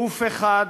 גוף אחד,